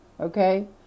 Okay